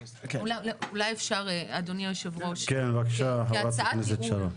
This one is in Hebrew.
אולי אפשר, אדוני היושב ראש, כהצעת ייעול,